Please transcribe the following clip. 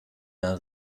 der